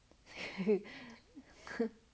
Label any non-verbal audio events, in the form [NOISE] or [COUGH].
[LAUGHS]